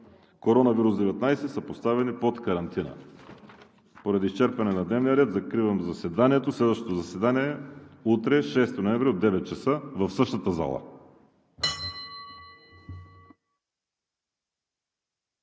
от COVID-19 са поставени под карантина. Поради изчерпване на дневния ред закривам заседанието. Следващото заседание е утре, 6 ноември 2020 г., от 9,00 ч. в същата зала.